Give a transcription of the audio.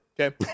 Okay